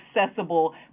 accessible